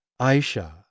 Aisha